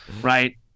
Right